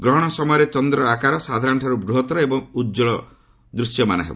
ଗ୍ରହଣ ସମୟରେ ଚନ୍ଦ୍ରର ଆକାର ସାଧାରଣଠାରୁ ବୃହତ୍ତର ଏବଂ ଉଜଳ ଦୂଶ୍ୟମାନ ହେବ